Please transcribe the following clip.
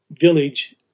village